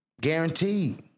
Guaranteed